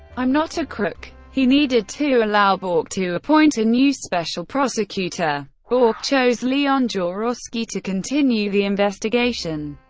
i'm not a crook. he needed to allow bork to appoint a new special prosecutor bork chose leon jaworski to continue the investigation.